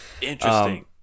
Interesting